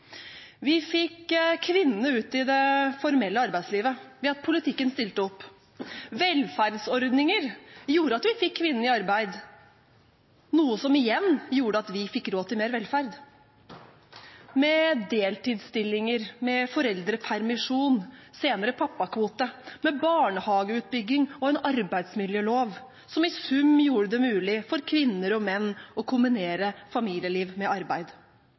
Vi fikk kvinnene ut i det formelle arbeidslivet ved at politikken stilte opp. Velferdsordninger gjorde at vi fikk kvinnene i arbeid, noe som igjen gjorde at vi fikk råd til mer velferd – med deltidsstillinger, med foreldrepermisjon, senere pappakvote, med barnehageutbygging og en arbeidsmiljølov som i sum gjorde det mulig for kvinner og menn å kombinere familieliv med arbeid.